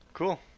Cool